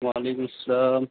وعلیکم السلام